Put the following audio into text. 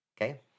Okay